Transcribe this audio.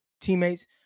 teammates